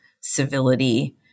civility